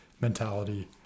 mentality